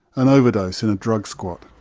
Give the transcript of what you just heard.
an overdose in a drug squat.